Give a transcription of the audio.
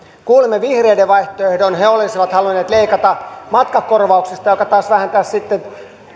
kuulimme vihreiden vaihtoehdon he olisivat halunneet leikata matkakorvauksista mikä taas vähentäisi sitten